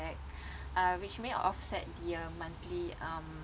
cashback uh which may offset the uh monthly um